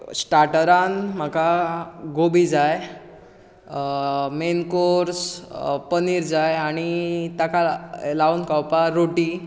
स्टार्टरान म्हाका गोबी जाय मेन कोर्स पनीर जाय आनी ताका लावून खावपाक रोटी